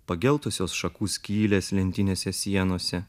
pageltusios šakų skylės lentinėse sienose